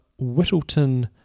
Whittleton